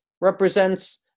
represents